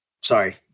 sorry